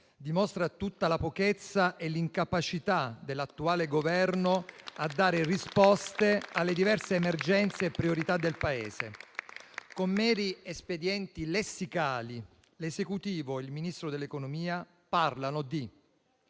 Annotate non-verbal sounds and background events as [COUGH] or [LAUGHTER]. dimostra tutta la pochezza e l'incapacità dell'attuale Governo [APPLAUSE] di dare risposte alle diverse emergenze e priorità del Paese. Con meri espedienti lessicali, l'Esecutivo e il Ministro dell'economia e